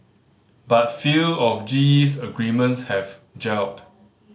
but few of G E's agreements have gelled